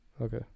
Okay